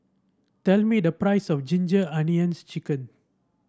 tell me the price of Ginger Onions chicken